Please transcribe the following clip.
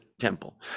temple